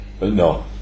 No